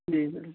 جی سر